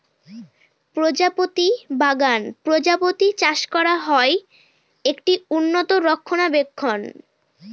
প্রজাপতি বাগান প্রজাপতি চাষ করা হয়, একটি উন্নত রক্ষণাবেক্ষণ